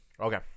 Okay